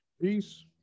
Peace